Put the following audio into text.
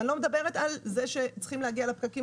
אני לא מדברת על זה שצריכים להגיע לפקקים,